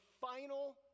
final